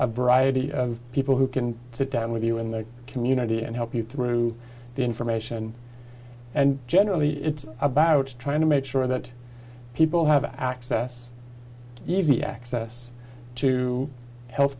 a variety of people who can sit down with you in the community and help you through the information and generally it's about trying to make sure that people have access easy access to health